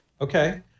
okay